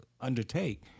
undertake